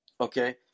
Okay